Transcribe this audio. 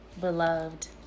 beloved